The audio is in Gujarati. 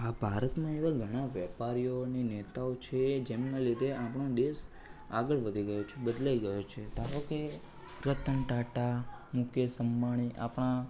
હા ભારતના એવા ઘણા એવા વેપારીઓ અને નેતાઓ છે જેમના લીધે આપણો દેશ આગળ વધી ગયો છે બદલાઈ ગયો છે ધારો કે રતન ટાટા મુકેશ અંબાણી આપણા